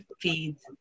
feeds